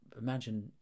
Imagine